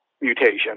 mutation